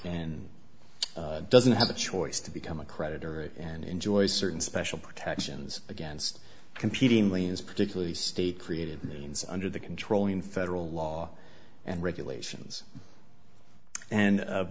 and doesn't have the choice to become a creditor and enjoy certain special protections against competing liens particularly state creative means under the controlling federal law and regulations and